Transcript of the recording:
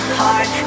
heart